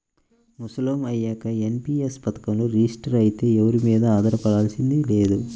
ముసలోళ్ళం అయ్యాక ఎన్.పి.యస్ పథకంలో రిజిస్టర్ అయితే ఎవరి మీదా ఆధారపడాల్సింది లేదు